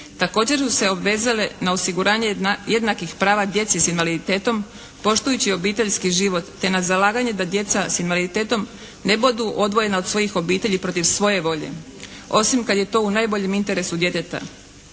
Također su se obvezale na osiguranje jednakih prava djeci s invaliditetom poštujući obiteljski život te na zalaganje da djeca s invaliditetom ne budu odvojena od svojih obitelji protiv svoje volje osim kad je to u najboljem interesu djeteta.